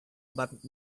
but